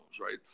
right